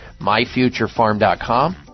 MyFutureFarm.com